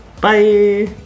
bye